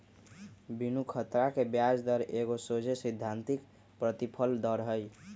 बिनु खतरा के ब्याज दर एगो सोझे सिद्धांतिक प्रतिफल दर हइ